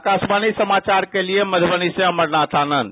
आकाशवाणी समाचार के लिए मधुबनी से अमरनाथ आनंद